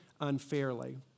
unfairly